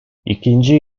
i̇kinci